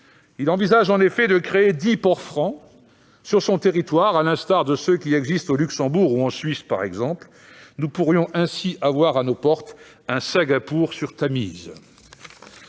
Il envisage en effet de créer dix ports francs sur son territoire, à l'instar de ceux qui existent au Luxembourg ou en Suisse. Nous pourrions ainsi avoir à nos portes un « Singapour sur Tamise